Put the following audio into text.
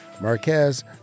Marquez